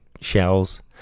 shells